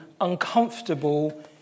uncomfortable